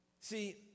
See